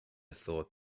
thought